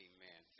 Amen